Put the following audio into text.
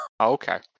Okay